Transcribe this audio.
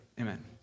amen